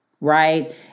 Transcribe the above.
Right